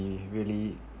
be really